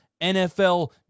NFL